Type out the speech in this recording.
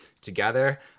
together